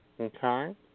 Okay